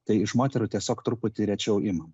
tai iš moterų tiesiog truputį rečiau imam